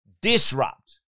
disrupt